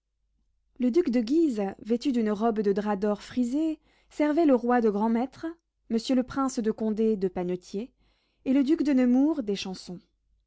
le duc de guise vêtu d'une robe de drap d'or frisé servait le roi de grand-maître monsieur le prince de condé de panetier et le duc de nemours